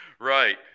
right